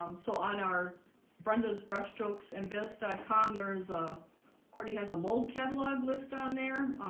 um so on our brendasbrushstrokesandbisque dot com there's a kourtney has a mold catalog list on there